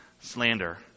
slander